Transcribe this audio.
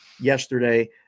yesterday